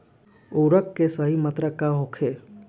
उर्वरक के सही मात्रा का होखे?